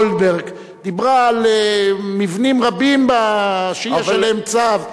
ועדת-גולדברג דיברה על מבנים רבים שיש עליהם צו,